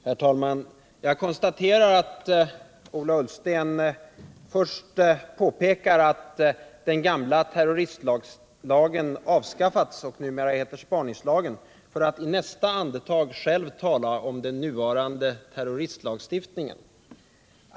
Herr talman! Jag konstaterar att Ola Ullsten först påpekar att den gamla terroristlagen har avskaffats och numera heter spaningslagen, för att i nästa andetag själv tala om den nuvarande terroristlagstiftningen.